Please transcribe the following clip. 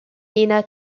nina